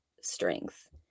strength